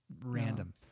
random